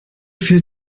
fehlt